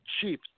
cheap